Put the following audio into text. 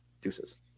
Deuces